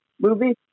movie